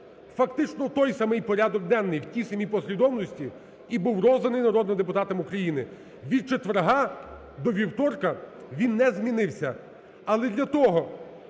фактично той самий порядок денний, в тій самій послідовності і був розданий народним депутатам України. Від четверга до вівторка він не змінився. Але для того,